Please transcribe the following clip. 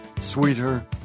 sweeter